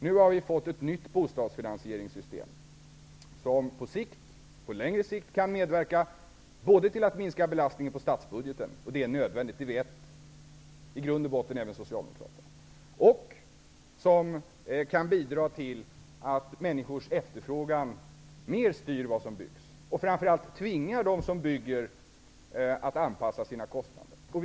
Nu har vi fått ett nytt bostadsfinansieringssystem, som på längre sikt kan medverka till att minska belastningen på statsbudgeten -- det är nödvändigt, och det vet i grund och botten även Socialdemokraterna -- och som kan bidra till att människors efterfrågan mer styr vad som byggs och framför allt tvingar dem som bygger att anpassa sina kostnader.